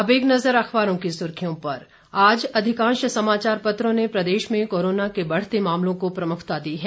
अब एक नजर अखबारों की सुर्खियों पर आज अधिकांश समाचार पत्रों ने प्रदेश में कोरोना के बढ़ते मामलों को प्रमुखता दी है